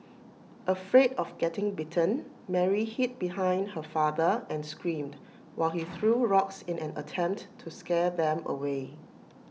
afraid of getting bitten Mary hid behind her father and screamed while he threw rocks in an attempt to scare them away